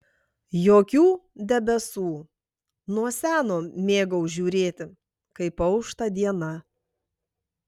jokių debesų nuo seno mėgau žiūrėti kaip aušta diena